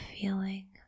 feeling